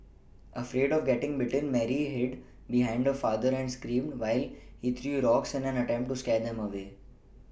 afraid of getting bitten Mary hid behind her father and screamed while he threw rocks in an attempt to scare them away